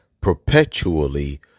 perpetually